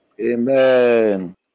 Amen